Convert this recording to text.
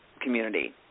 community